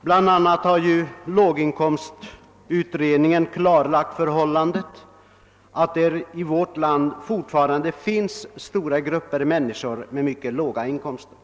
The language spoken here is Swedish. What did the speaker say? bl.a. har låginkomstutredningen klarlagt förhållandet att det i vårt land fortfarande finns stora grupper människor med mycket låga inkomster.